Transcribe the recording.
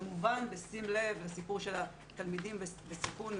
כמובן בשים לב לסיפור התלמידים בסיכון,